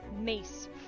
mace